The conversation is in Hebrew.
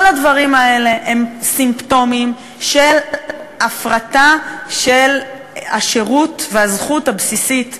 כל הדברים האלה הם סימפטומים של הפרטה של השירות והזכות הבסיסית למים,